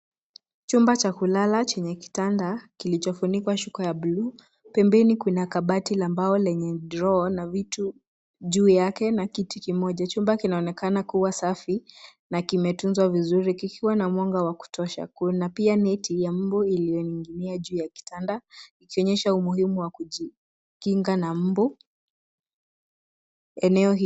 Chumba cha kulala chenye kitanda Kilichofunikwa shuka ya buluu. Pemeni kuna kabati la mbao lenye droa na vitu juu yake na kiti kimoja. Chumba kinaonekana kuwa safi na kimetunzwa vizuri kikiwa na mwanga wa kutosha. Kuna pia neti ya mbu iliyoning'inia juu ya kitanda, ikionyesha umuhimu wa kujikinga na mbu eneo hii.